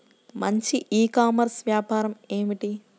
మంచి e commerce వ్యాపారం ఏమిటీ?